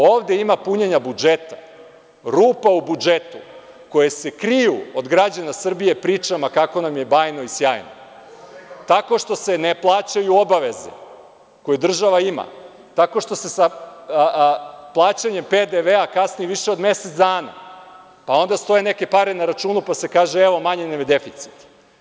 Ovde ima punjenja budžeta, rupa u budžetu koje se kriju od građana Srbije pričama kako nam je bajno i sjajno, tako što se ne plaćaju obaveze koje država ima, tako što se sa plaćanjem PDV-a kasni više od mesec dana, pa onda stoje neke pare na računu pa se kaže – evo manji nam je deficit.